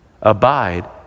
abide